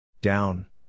Down